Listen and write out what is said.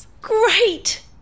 Great